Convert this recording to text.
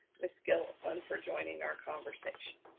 ms. gilliland for joining our conversation.